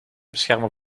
beschermen